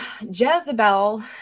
Jezebel